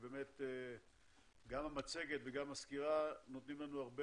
גם המצגת וגם הסקירה נותנים לנו הרבה